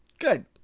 Good